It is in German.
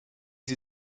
sie